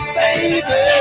baby